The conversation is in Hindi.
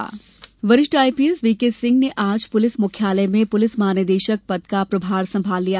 डीजीपी प्रमार वरिष्ठ आईपीएस बीके सिंह ने आज पुलिस मुख्यालय में पुलिस महानिदेशक पद का प्रभार संभाल लिया